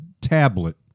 tablet